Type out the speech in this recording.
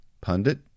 pundit